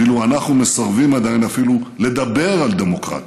ואילו אנחנו מסרבים עדיין אפילו לדבר על דמוקרטיה,